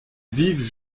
vivent